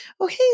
okay